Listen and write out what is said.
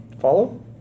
follow